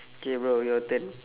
okay bro your turn